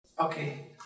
Okay